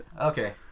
okay